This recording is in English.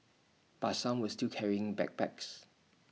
but some were still carrying backpacks